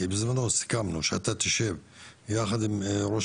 כי בזמנו סיכמנו שאתה תשב יחד עם ראש